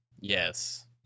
Yes